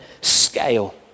scale